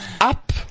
up